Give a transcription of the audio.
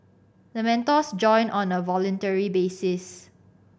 the mentors join on a voluntary basis